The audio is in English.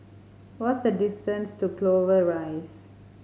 what's the distance to Clover Rise